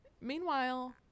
Meanwhile